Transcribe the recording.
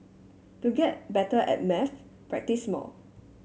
to get better at maths practise more